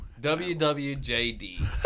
WWJD